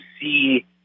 see